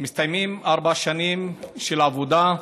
מסתיימות ארבע שנים של עבודה,